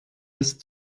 ist